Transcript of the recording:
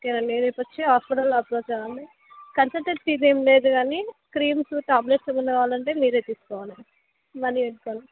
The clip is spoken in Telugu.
ఓకే రేపు వచ్చి హాస్పిటల్లో అప్రోచ్ అవ్వండి కన్సల్టెంట్ ఫీజు ఏమి లేదు కానీ క్రీమ్స్ టాబ్లెట్స్ ఏమన్న కావాలంటే మీరు తీసుకోవాలి మనీ పెట్టుకొని